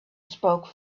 spoke